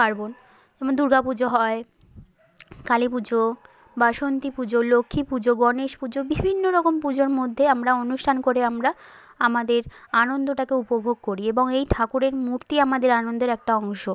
পার্বণ যেমন দুর্গা পুজো হয় কালী পুজো বাসন্তী পুজো লক্ষ্মী পুজো গণেশ পুজো বিভিন্ন রকম পুজোর মধ্যে আমরা অনুষ্ঠান করে আমরা আমাদের আনন্দটাকে উপভোগ করি এবং এই ঠাকুরের মূর্তি আমাদের আনন্দের একটা অংশ